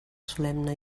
solemne